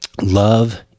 love